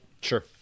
Sure